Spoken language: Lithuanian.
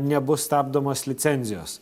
nebus stabdomos licencijos